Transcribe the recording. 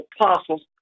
apostles